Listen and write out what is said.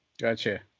Gotcha